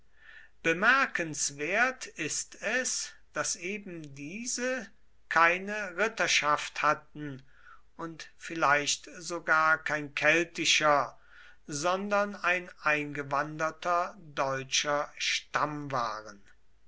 bemerkenswert ist es daß eben diese keine ritterschaft hatten und vielleicht sogar kein keltischer sondern ein eingewanderter deutscher stamm waren